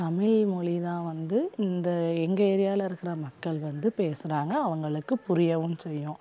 தமிழ்மொலி தான் வந்து இந்த எங்கள் ஏரியாவில இருக்கிற மக்கள் வந்து பேசுகிறாங்க அவங்களுக்கு புரியவும் செய்யும்